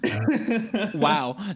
Wow